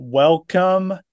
Welcome